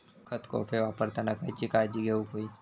खत कोळपे वापरताना खयची काळजी घेऊक व्हयी?